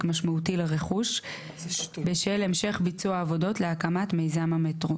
משמעותי לרכוש בשל המשך ביצוע העבודות להקמת מיזם המטרו"